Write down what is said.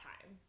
time